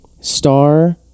star